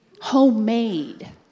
Homemade